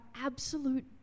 absolute